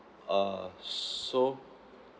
err so